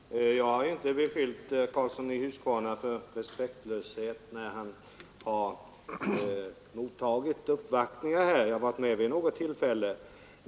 Herr talman! Jag har inte beskyllt herr Karlsson i Huskvarna för respektlöshet när han tagit emot uppvaktningar. Jag har själv varit med vid något tillfälle.